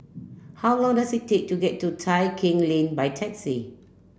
how long does it take to get to Tai Keng Lane by taxi